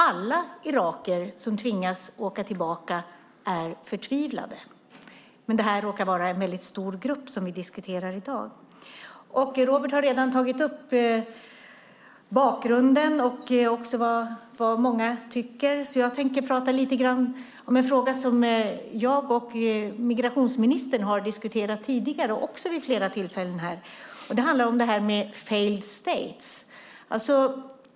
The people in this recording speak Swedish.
Alla irakier som tvingas åka tillbaka är förtvivlade, men det är en väldigt stor grupp som vi diskuterar i dag. Robert har redan talat om bakgrunden och vad många tycker. Jag ska prata lite om något som jag och migrationsministern har diskuterat tidigare vid flera tillfällen. Det handlar om failed states.